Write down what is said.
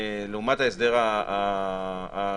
לעומת ההסדר הכולל,